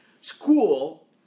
school